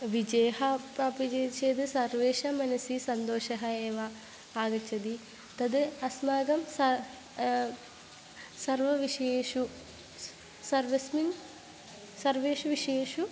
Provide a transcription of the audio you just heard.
विजयः प्राप्यति चेत् सर्वेषां मनसि सन्तोषः एव आगच्छति तत् अस्माकं स सर्वे विषयेषु सर्वस्मिन् सर्वेषु विषयेषु